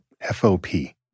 FOP